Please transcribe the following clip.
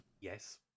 Yes